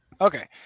Okay